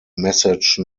message